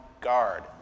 guard